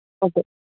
okay